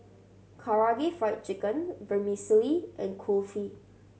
Karaage Fried Chicken Vermicelli and Kulfi